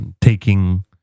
taking